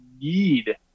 need